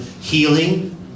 healing